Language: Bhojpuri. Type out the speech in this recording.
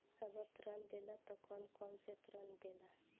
अगर ऋण देला त कौन कौन से ऋण देला?